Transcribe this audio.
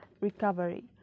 Recovery